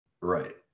right